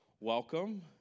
Welcome